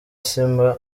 sima